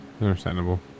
understandable